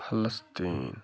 فلستیٖن